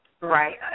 Right